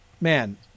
man